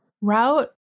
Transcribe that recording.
route